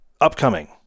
upcoming